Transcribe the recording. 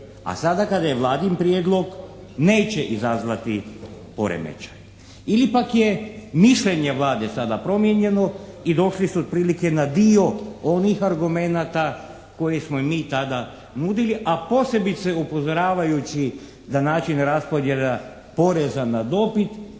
a sada kada je Vladin prijedlog neće izazvati poremećaj ili pak je mišljenje Vlade sada promijenjeno i došli su otprilike na dio onih argumenata koji smo i mi tada nudili, a posebice upozoravajući da način raspodjela poreza na dobit